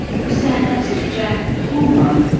who sat next to jack in homeroom,